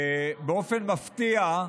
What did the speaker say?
באופן מפתיע,